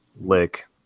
lick